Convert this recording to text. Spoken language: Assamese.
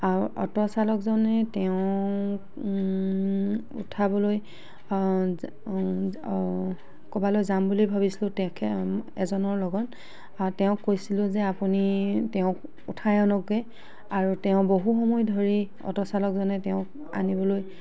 আৰু অট'চালকজনে তেওঁক উঠাবলৈ ক'ৰবালৈ যাম বুলি ভাবিছিলোঁ তেখে এজনৰ লগত আৰু তেওঁক কৈছিলোঁ যে আপুনি তেওঁক উঠাই আনকগৈ আৰু তেওঁ বহুত সময় ধৰি অট'চালকজনে তেওঁক আনিবলৈ